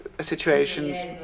situations